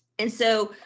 and so,